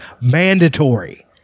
mandatory